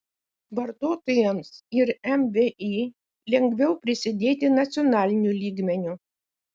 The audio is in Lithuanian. vartotojams ir mvį lengviau prisidėti nacionaliniu lygmeniu